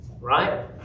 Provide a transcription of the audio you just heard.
Right